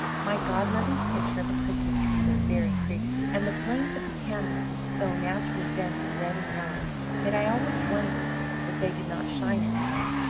my godmother's picture of a christmas-tree was very pretty and the flames of the candles were so naturally done in red and yellow that i always wondered that they did not shine at night.